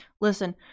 listen